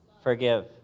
Forgive